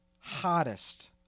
hottest